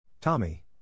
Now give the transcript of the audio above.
Tommy